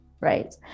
right